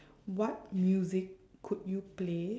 what music could you play